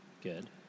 Good